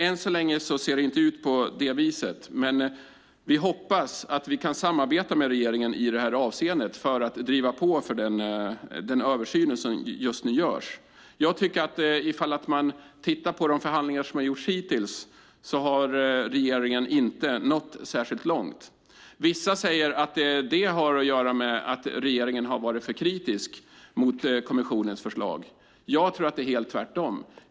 Än så länge ser det inte ut på detta vis, men vi hoppas att vi kan samarbeta med regeringen i detta avseende för att driva på den översyn som just nu görs. Ifall man tittar på de förhandlingar som har gjorts hittills ser man att regeringen inte har nått särskilt långt. Vissa säger att det har att göra med att regeringen har varit för kritisk mot kommissionens förslag. Jag tror att det är helt tvärtom.